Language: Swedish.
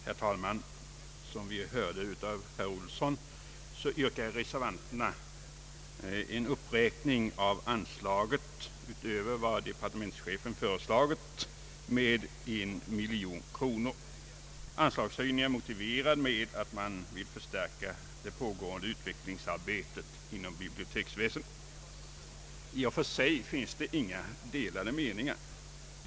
Herr talman! Som vi hörde av herr Olsson yrkar reservanterna en uppräkning av anslaget med en miljon kronor utöver vad departementschefen föreslagit. Anslagshöjningen motiveras med att man vill förstärka det pågående utvecklingsarbetet inom biblioteksväsendet. I och för sig finns det inga delade meningar på denna punkt.